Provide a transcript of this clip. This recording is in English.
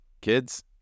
Kids